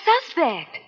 suspect